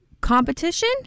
competition